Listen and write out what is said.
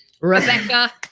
Rebecca